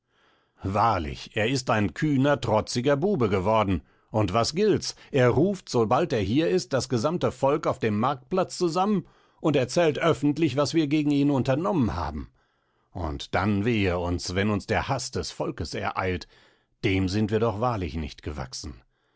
wahrlich er ist jetzt ein kühner trotziger bube geworden und was gilt's er ruft sobald er hier ist das gesamte volk auf dem marktplatz zusammen und erzählt öffentlich was wir gegen ihn unternommen haben und dann wehe uns wenn uns der haß des volkes ereilt dem sind wir doch wahrlich nicht gewachsen